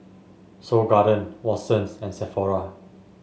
Seoul Garden Watsons and Sephora